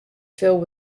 filled